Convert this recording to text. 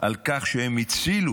על כך, שהם הצילו